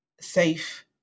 safe